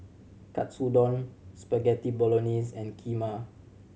Katsudon Spaghetti Bolognese and Kheema